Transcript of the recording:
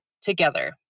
together